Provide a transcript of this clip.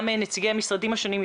גם נציגי המשרדים השונים,